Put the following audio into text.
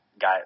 guy